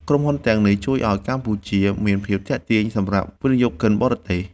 ក្រុមហ៊ុនទាំងនេះជួយឱ្យកម្ពុជាមានភាពទាក់ទាញ សម្រាប់វិនិយោគិនបរទេស។